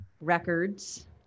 records